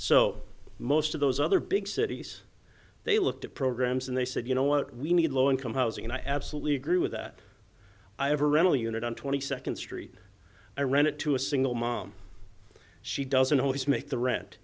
so most of those other big cities they looked at programs and they said you know what we need low income housing and i absolutely agree with that i have a rental unit on twenty second street i rent it to a single mom she doesn't always make the rent